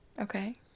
okay